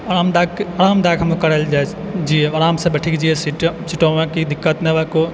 आरामदायक आरामदायक हमे करैलए जे आरामसँ बैठिकऽ जाइए सीटमे कि दिक्कत नहि हुअए कोनो